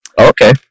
Okay